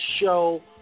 show